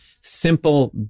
simple